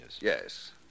Yes